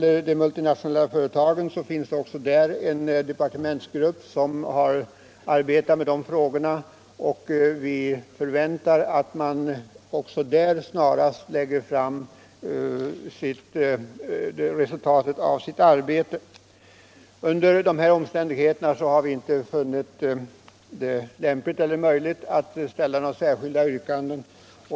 En departementsgrupp arbetar med frågorna om de multinationella företagen, och vi väntar att också den snarast redovisar resultatet av sitt arbete. Under dessa omständigheter har vi inte funnit det lämpligt eller möjligt att ställa något särskilt yrkande.